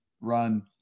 run